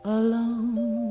alone